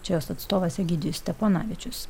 čia jos atstovas egidijus steponavičius